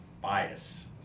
bias